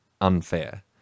unfair